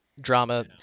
drama